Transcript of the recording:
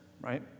Right